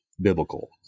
biblical